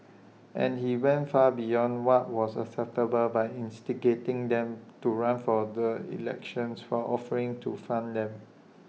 and he went far beyond what was acceptable by instigating them to run for the elections for offering to fund them